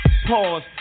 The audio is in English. Pause